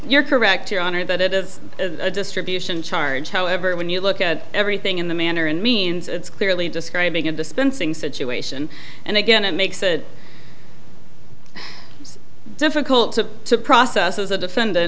you're correct your honor but it is a distribution charge however when you look at everything in the manner and means it's clearly describing a dispensing situation and again it makes it difficult to process as a defendant